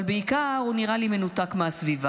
אבל בעיקר הוא נראה לי מנותק מהסביבה.